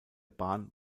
bahn